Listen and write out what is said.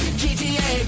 gta